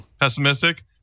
pessimistic